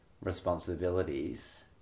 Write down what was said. responsibilities